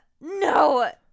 No